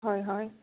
হয় হয়